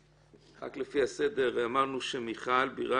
רק לפי הסדר, אמרנו שמיכל בירן.